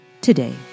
today